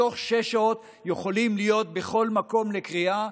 בתוך שש שעות יכולים להיות בכל מקום לקריאה.